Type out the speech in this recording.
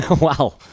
Wow